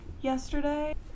yesterday